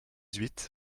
huit